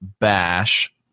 bash